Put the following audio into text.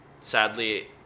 Sadly